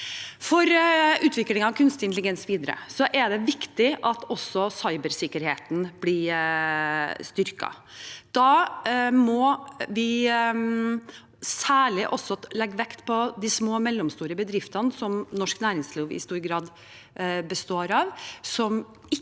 For utviklingen av kunstig intelligens videre er det viktig at også cybersikkerheten blir styrket. Da må vi særlig legge vekt på de små og mellomstore bedriftene, som norsk næringsliv i stor grad består av,